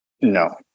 No